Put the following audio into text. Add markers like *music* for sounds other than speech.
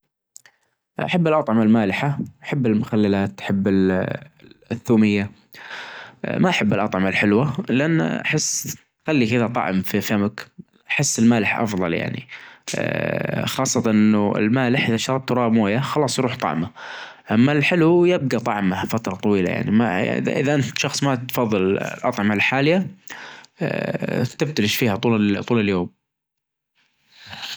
أحب السفر في الليل أحب السفر بالسيارة الصراحة أفظل جربت سفر بالقطار ما جربت بالدراجة لكن السيارة أفظل شيء خاصة لو انا اللي سايج لاني أحب السواجة وأحب الطريج في الليل أحب سفرات الليل جدا فلو لو الموضوع بيدي بختار سفرة الليلة الصراحة أجمل سفرة *hesitation* خاصة إنه الجو رايج الطريق فاظي يمديك تسحب شوي بس خلاف النهار والشمس وكدا.